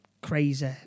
crazy